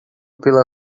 pela